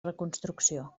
reconstrucció